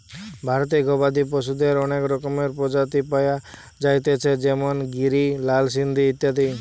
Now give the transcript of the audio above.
ভারতে গবাদি পশুদের অনেক রকমের প্রজাতি পায়া যাইতেছে যেমন গিরি, লাল সিন্ধি ইত্যাদি